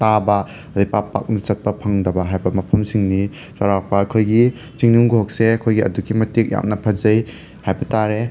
ꯇꯥꯕ ꯑꯗꯩꯗꯤ ꯄꯥꯛ ꯄꯥꯛꯅ ꯆꯠꯄ ꯐꯪꯗꯕ ꯍꯥꯏꯕ ꯃꯐꯝꯁꯤꯡꯅꯤ ꯆꯥꯎꯔꯥꯛꯄ ꯑꯩꯈꯣꯏꯒꯤ ꯆꯤꯡꯅꯨꯡꯀꯣꯛꯁꯦ ꯑꯩꯈꯣꯏꯒꯤ ꯑꯗꯨꯛꯀꯤ ꯃꯇꯤꯛ ꯌꯥꯝꯅ ꯐꯖꯩ ꯍꯥꯏꯕ ꯇꯥꯔꯦ